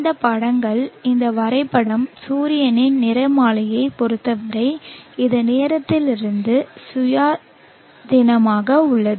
இந்த படங்கள் இந்த வரைபடம் சூரியனின் நிறமாலையைப் பொறுத்தவரை இது நேரத்திலிருந்து சுயாதீனமாக உள்ளது